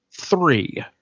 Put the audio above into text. three